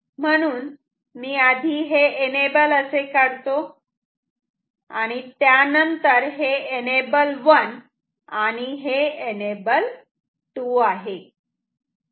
म्हणून मी आधी हे एनेबल असे काढतो आणि त्यानंतर हे एनेबल 1 आणि हे एनेबल 2 आहे